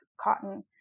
cotton